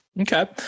okay